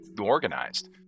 organized